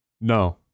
No